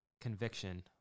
conviction